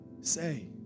say